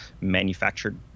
manufactured